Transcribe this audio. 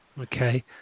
Okay